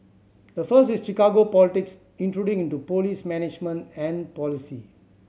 the first is Chicago politics intruding into police management and policy